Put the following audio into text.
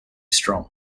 strong